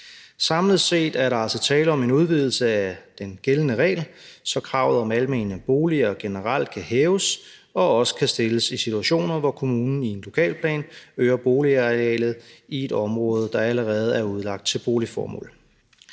Samlet set er der altså tale om en udvidelse af den gældende regel, så kravet om almene boliger generelt kan hæves og også kan stilles i situationer, hvor kommunen i en lokalplan øger boligarealet i et område, der allerede er udlagt til boligformål.